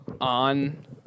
on